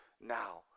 now